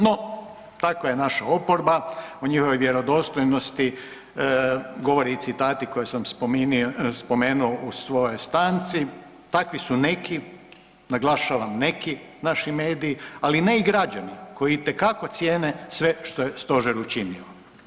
No, takva je naša oporba, o njihovoj vjerodostojnosti govore i citati koje sam spomenuo u svojoj stanci, takvi su neki, naglašavam, neki naši mediji, ali ne i građani koji itekako cijene sve što je Stožer učinio.